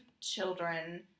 children